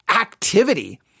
activity